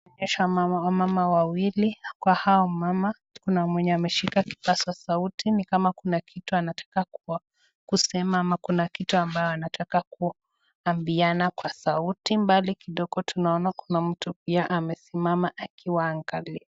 Inaonyesha wamama wawili. kwa hao wamama, kuna mwenye ameshika kipaza sauti ni kama kuna kitu anataka kusema ama kuna kitu anataka kuambiana kwa sauti. Mbali kidogo pia tunaona kuna mtu pia amesimama akiwaangalia.